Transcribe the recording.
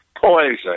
poison